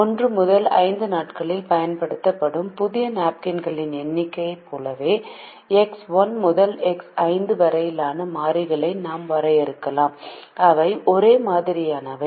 1 முதல் 5 நாட்களில் பயன்படுத்தப்படும் புதிய நாப்கின்களின் எண்ணிக்கையைப் போலவே எக்ஸ் 1 முதல் எக்ஸ் 5 வரையிலான மாறிகளையும் நாம் வரையறுக்கலாம் அவை ஒரே மாதிரியானவை